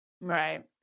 Right